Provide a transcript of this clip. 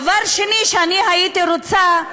דבר שני שאני הייתי רוצה להדגיש: